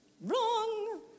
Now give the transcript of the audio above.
Wrong